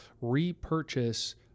repurchase